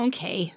Okay